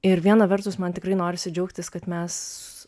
ir viena vertus man tikrai norisi džiaugtis kad mes